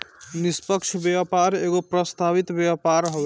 निष्पक्ष व्यापार एगो प्रस्तावित व्यापार हवे